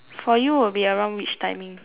for you would be around which timing